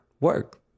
work